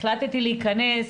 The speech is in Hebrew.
החלטתי להכנס,